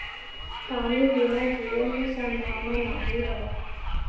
पानी बिना जीवन के संभावना नाही हौ